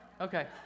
Okay